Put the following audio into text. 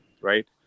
right